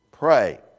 pray